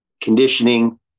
conditioning